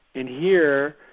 and here,